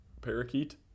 parakeet